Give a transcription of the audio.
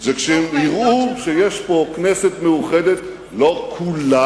זה שהם יראו שיש פה כנסת מאוחדת, זה תלוי